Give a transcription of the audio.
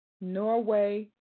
Norway